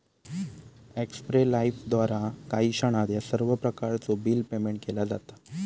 एक्स्पे लाइफद्वारा काही क्षणात ह्या सर्व प्रकारचो बिल पेयमेन्ट केला जाता